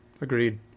agreed